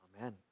Amen